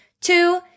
Two